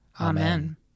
Amen